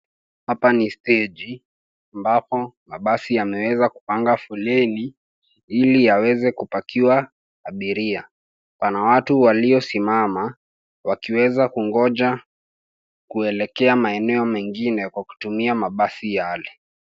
Hapa ni steji ambapo mabasi yameweza kupanga foleni ili yaweze kupakiwa abiria. Pana watu waliosimama wakiweza kungoja kuelekea maeneo mengine kwa kutumia mabasi yale.